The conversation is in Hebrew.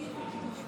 תודה.